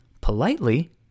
politely